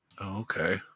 Okay